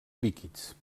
líquids